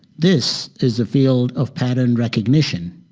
this is a field of pattern recognition.